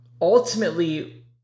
Ultimately